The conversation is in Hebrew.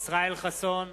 ישראל חסון,